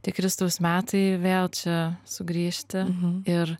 tie kristaus metai vėl čia sugrįžti ir